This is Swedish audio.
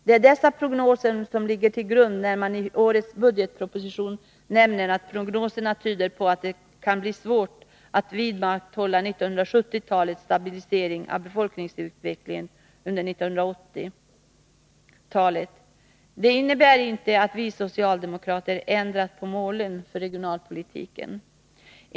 Det är dessa prognoser som ligger till grund när man i årets budgetproposition nämner att prognoserna tyder på att det kan bli svårt att vidmakthålla 1970-talets stabilisering av befolkningsut vecklingen under 1980-talet. Detta innebär inte att vi socialdemokrater ändrat på målen för regionalpolitiken.